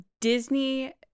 Disney